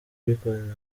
record